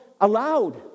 allowed